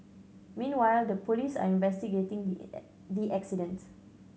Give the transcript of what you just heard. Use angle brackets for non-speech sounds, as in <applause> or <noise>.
meanwhile the police are investigating <unintelligible> the accident